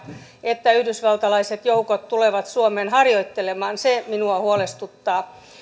että yhdysvaltalaiset joukot tulevat suomeen harjoittelemaan se minua huolestuttaa